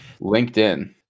LinkedIn